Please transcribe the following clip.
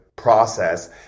process